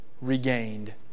regained